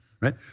right